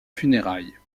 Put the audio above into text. funérailles